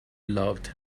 loved